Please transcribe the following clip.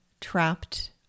trapped